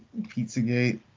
Pizzagate